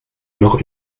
noch